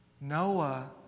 Noah